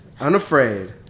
Unafraid